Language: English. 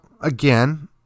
again